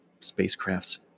spacecrafts